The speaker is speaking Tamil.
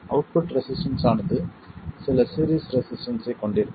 அவுட்புட் ரெசிஸ்டன்ஸ் ஆனது சில சீரிஸ் ரெசிஸ்டன்ஸ் ஐக் கொண்டிருக்கும்